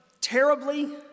terribly